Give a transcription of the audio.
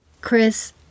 Chris